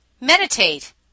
Meditate